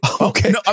Okay